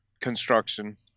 construction